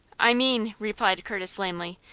i mean, replied curtis, lamely,